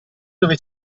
dove